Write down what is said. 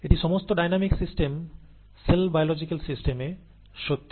এটি সমস্ত dynamic system cell biological সিস্টেমে সত্যি